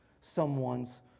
someone's